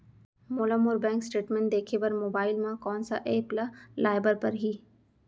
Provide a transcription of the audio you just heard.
मोला मोर bank statement देखे बर मोबाइल मा कोन सा एप ला लाए बर परही?